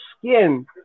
skin